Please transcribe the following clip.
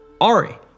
Ari